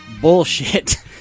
bullshit